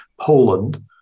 Poland